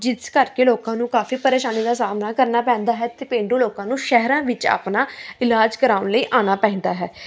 ਜਿਸ ਕਰਕੇ ਲੋਕਾਂ ਨੂੰ ਕਾਫੀ ਪਰੇਸ਼ਾਨੀ ਦਾ ਸਾਹਮਣਾ ਕਰਨਾ ਪੈਂਦਾ ਹੈ ਅਤੇ ਪੇਂਡੂ ਲੋਕਾਂ ਨੂੰ ਸ਼ਹਿਰਾਂ ਵਿੱਚ ਆਪਣਾ ਇਲਾਜ ਕਰਵਾਉਣ ਲਈ ਆਉਣਾ ਪੈਂਦਾ ਹੈ